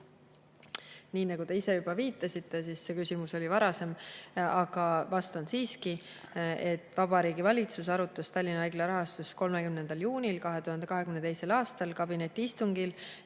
Nii nagu te ise juba viitasite, oli see küsimus varasem, aga vastan siiski. Vabariigi Valitsus arutas Tallinna Haigla rahastust 30. juunil 2022. aastal kabinetiistungil.